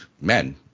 men